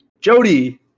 jody